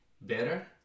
better